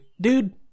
Dude